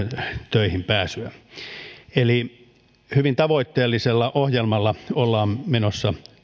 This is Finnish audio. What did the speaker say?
töihin pääsyä eli hyvin tavoitteellisella ohjelmalla ollaan menossa